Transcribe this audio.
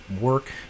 work